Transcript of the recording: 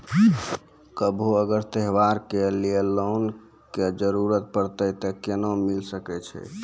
कभो अगर त्योहार के लिए लोन के जरूरत परतै तऽ केना मिल सकै छै?